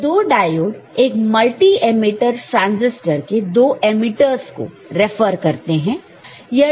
यह दो डायोड एक मल्टी एमिटर ट्रांसिस्टर के दो एमीटरर्स को रेफर करते हैं